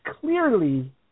clearly